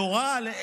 להוראה.